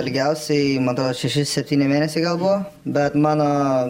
ilgiausiai man atrodo šeši septyni mėnesiai gal buvo bet mano